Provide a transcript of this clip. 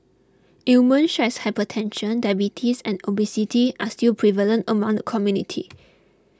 ailments such as hypertension diabetes and obesity are still prevalent among the community